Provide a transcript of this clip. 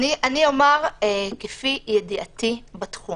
אני אומר שאנשים עם מוגבלות,